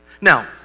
Now